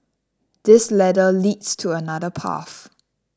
this ladder leads to another path